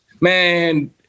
man